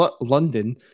London